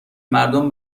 مردم